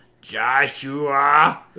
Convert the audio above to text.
Joshua